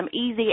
easy